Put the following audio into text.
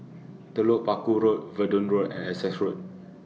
Telok Paku Road Verdun Road and Essex Road